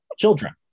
children